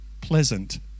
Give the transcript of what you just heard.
pleasant